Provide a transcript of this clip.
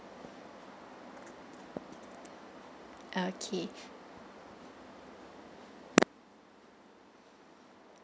okay